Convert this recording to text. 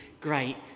great